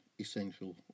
essential